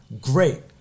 Great